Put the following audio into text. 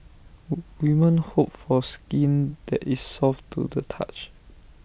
wu women hope for skin that is soft to the touch